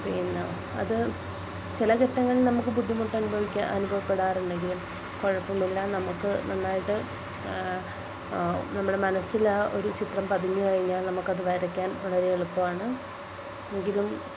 പിന്നെ അത് ചില ഘട്ടങ്ങളിൽ നമുക്ക് ബുദ്ധിമുട്ട് അനുഭവിക്കാ അനുഭവപ്പെടാറുണ്ടെങ്കിലും കുഴപ്പമില്ല നമുക്ക് നന്നായിട്ട് നമ്മുടെ മനസ്സിൽ ആ ഒരു ചിത്രം പതിഞ്ഞ് കഴിഞ്ഞാൽ നമുക്കത് വരയ്ക്കാൻ വളരെ എളുപ്പമാണ് എങ്കിലും